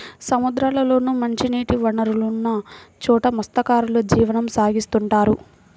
సముద్రాల్లోనూ, మంచినీటి వనరులున్న చోట మత్స్యకారులు జీవనం సాగిత్తుంటారు